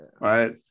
right